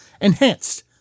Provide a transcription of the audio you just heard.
enhanced